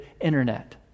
internet